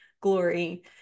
glory